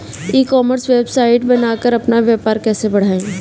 E commerce website बनाकर अपना व्यापार कैसे बढ़ाएँ?